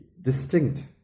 distinct